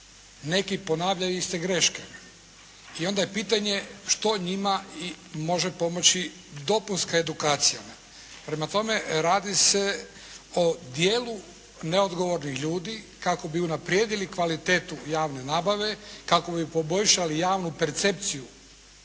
Neki ponavljaju iste greške i onda je pitanje što njima može pomoći? Dopunska edukacija. Prema tome, radi se o dijelu neodgovornih ljudi kako bi unaprijedili kvalitetu javne nabave, kako bi poboljšali javnu percepciju,